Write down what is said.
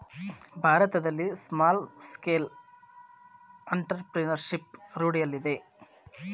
ಭಾರತದಲ್ಲಿ small scale entrepreneurship ರೂಢಿಯಲ್ಲಿದೆ